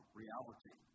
reality